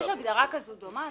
יש הגדרה כזו דומה.